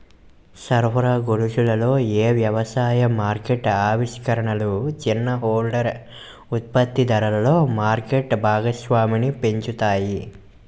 సరఫరా గొలుసులలో ఏ వ్యవసాయ మార్కెట్ ఆవిష్కరణలు చిన్న హోల్డర్ ఉత్పత్తిదారులలో మార్కెట్ భాగస్వామ్యాన్ని పెంచుతాయి?